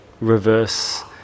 reverse